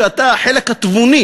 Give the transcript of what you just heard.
שאתה החלק התבוני